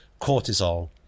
cortisol